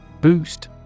Boost